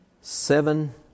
seven